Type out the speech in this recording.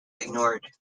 ignored